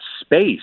space